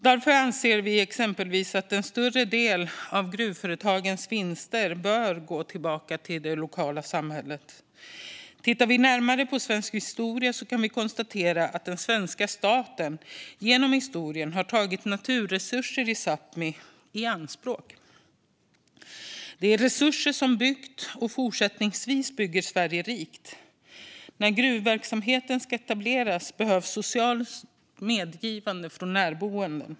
Därför anser vi exempelvis att en större andel av gruvföretagens vinster bör gå tillbaka till det lokala samhället. Tittar vi närmare på svensk historia kan vi konstatera att den svenska staten har tagit naturresurser i Sápmi i anspråk. Det är resurser som har byggt och fortsättningsvis bygger Sverige rikt. När gruvverksamhet ska etableras behövs socialt medgivande från närboende.